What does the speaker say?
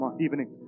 evening